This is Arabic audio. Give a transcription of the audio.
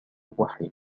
الوحيد